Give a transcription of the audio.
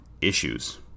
issues